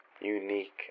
unique